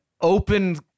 open